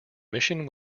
mission